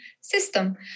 system